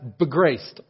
begraced